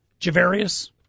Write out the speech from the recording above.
javarius